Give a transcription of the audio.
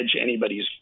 anybody's